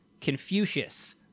Confucius